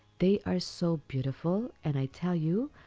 they are so beautiful, and i tell you,